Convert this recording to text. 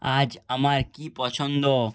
আজ আমার কী পছন্দ